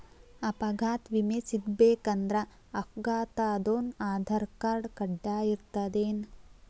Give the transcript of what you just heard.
ಅಪಘಾತ್ ವಿಮೆ ಸಿಗ್ಬೇಕಂದ್ರ ಅಪ್ಘಾತಾದೊನ್ ಆಧಾರ್ರ್ಕಾರ್ಡ್ ಕಡ್ಡಾಯಿರ್ತದೇನ್?